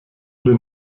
den